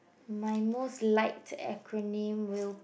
my most like acronym will